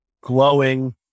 glowing